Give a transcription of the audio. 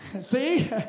see